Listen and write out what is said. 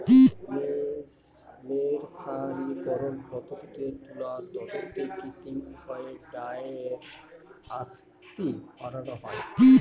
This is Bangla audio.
মের্সারিকরন পদ্ধতিতে তুলার তন্তুতে কৃত্রিম উপায়ে ডাইয়ের আসক্তি বাড়ানো হয়